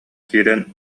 киирэн